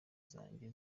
zanjye